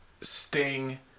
Sting